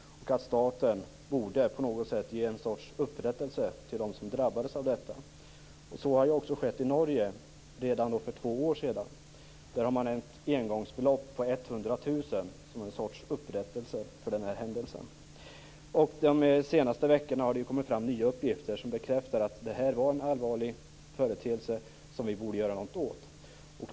Staten borde på något sätt ge en sorts upprättelse till dem som drabbades av detta. Så har också skett i Norge redan för två år sedan. Där har man ett engångsbelopp på 100 000 som en sorts upprättelse för den här händelsen. De senaste veckorna har det kommit fram nya uppgifter som bekräftar att det här var en allvarlig företeelse som vi borde göra något åt.